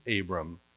Abram